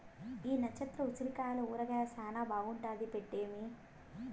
ఈ నచ్చత్ర ఉసిరికాయల ఊరగాయ శానా బాగుంటాది పెట్టమ్మీ